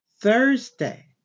Thursday